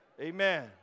Amen